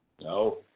No